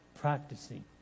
practicing